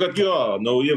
kad jo nauji